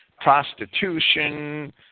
prostitution